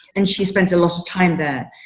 and she spends a lot of time there.